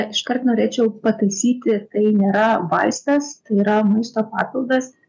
iškart norėčiau pataisyti tai nėra vaistas tai yra maisto papildas